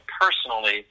personally